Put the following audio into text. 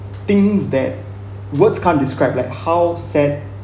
things that words can't describe like how sad